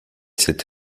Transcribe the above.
cette